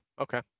Okay